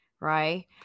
right